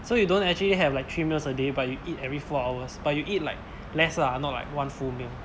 so you don't actually have like three meals a day but you eat every four hours but you eat like less lah not like one full meal